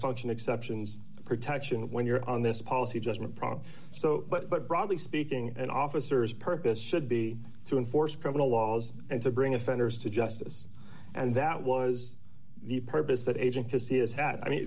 function exceptions protection when you're on this policy judgment problem so but but broadly speaking and officers purpose should be to enforce criminal laws and to bring offenders to justice and that was the purpose that agent to see is hat i mean